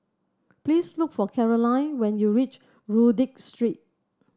please look for Caroline when you reach Rodyk Street